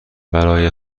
برای